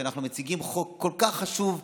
שאנחנו מציגים חוק כל כך חשוב,